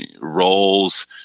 roles